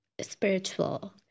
spiritual